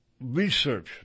research